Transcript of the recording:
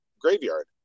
graveyard